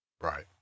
Right